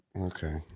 Okay